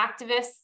activists